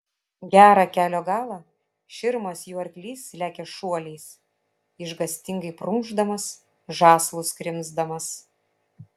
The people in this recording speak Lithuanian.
gerą kelio galą širmas jų arklys lekia šuoliais išgąstingai prunkšdamas žąslus krimsdamas